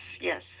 yes